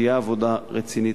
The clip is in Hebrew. תהיה עבודה רצינית.